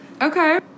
okay